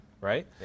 right